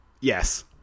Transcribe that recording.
Yes